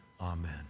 amen